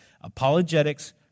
Apologetics